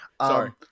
Sorry